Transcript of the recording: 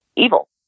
evil